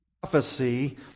prophecy